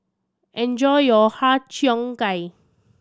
enjoy your Har Cheong Gai